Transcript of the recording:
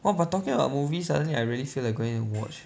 !wah! but talking about movie suddenly I really feel like going to watch